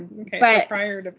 Okay